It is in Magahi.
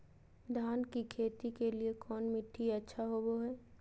धान की खेती के लिए कौन मिट्टी अच्छा होबो है?